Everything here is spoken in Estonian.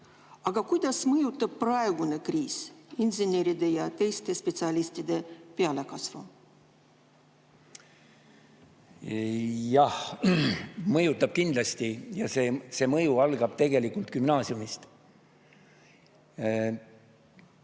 Aga kuidas mõjutab praegune kriis inseneride ja teiste spetsialistide pealekasvu? Jah, mõjutab kindlasti ja see mõju algab tegelikult gümnaasiumist.